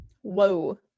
Whoa